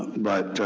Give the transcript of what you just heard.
but,